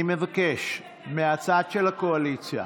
אני מבקש מהצד של הקואליציה